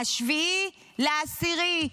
7 באוקטובר.